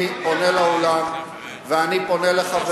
אני פונה לאולם ואני פונה לחברי,